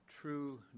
true